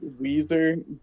Weezer